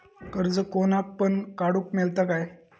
कर्ज कोणाक पण काडूक मेलता काय?